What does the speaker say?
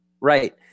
Right